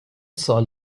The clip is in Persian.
سوال